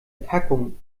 packung